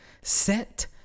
Set